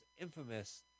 infamous